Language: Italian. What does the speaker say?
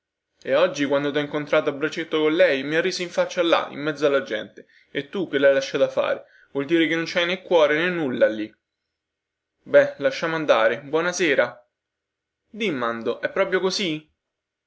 e oggi quando tho incontrato a braccetto con lei mi ha riso in faccia là in mezzo alla gente e tu che lhai lasciata fare vuol dire che non ci hai nè cuore nè nulla lì be lasciamo andare buona sera dì mando è proprio così